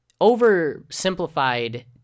oversimplified